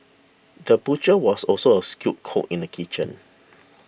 the butcher was also a skilled cook in the kitchen